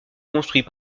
construit